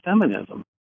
feminism